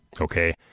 Okay